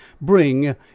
bring